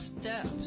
steps